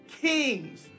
kings